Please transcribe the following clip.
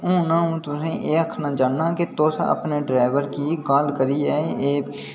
हून अ'ऊं तुसेंगी एह् आखना चाहन्नां कि तुस अपने ड्रैबरै गी काल करियै एह्